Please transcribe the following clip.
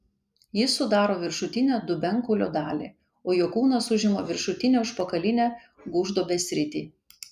jis sudaro viršutinę dubenkaulio dalį o jo kūnas užima viršutinę užpakalinę gūžduobės sritį